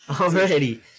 already